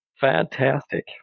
Fantastic